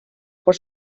por